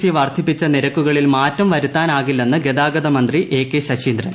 C വർദ്ധിപ്പിച്ച നിരക്കുകളിൽ മാറ്റം വരുത്താനാകില്ലെന്ന് ഗതാഗതമന്ത്രി എ കെ ശശീന്ദ്രൻ